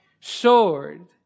sword